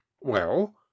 Well